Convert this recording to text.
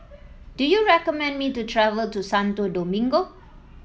do you recommend me to travel to Santo Domingo